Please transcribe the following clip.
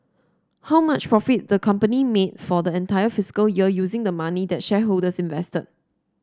how much profit the company made for the entire fiscal year using the money that shareholders invested